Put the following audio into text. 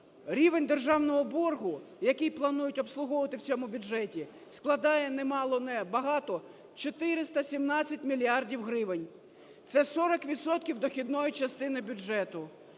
Рівень державного боргу, який планують обслуговувати в цьому бюджеті складає немало-небагато 417 мільярдів гривень – це 40 відсотків дохідної частини бюджету,